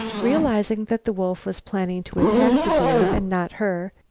realizing that the wolf was planning to attack the deer and not her,